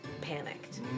panicked